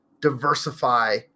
diversify